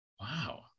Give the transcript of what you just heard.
Wow